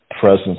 presence